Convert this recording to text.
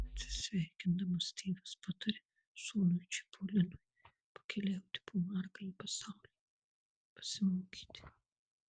atsisveikindamas tėvas pataria sūnui čipolinui pakeliauti po margąjį pasaulį pasimokyti